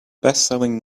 bestselling